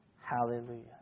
Hallelujah